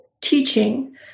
teaching